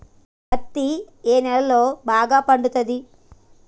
పత్తి ఏ నేలల్లో బాగా పండుతది?